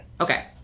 okay